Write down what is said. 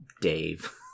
Dave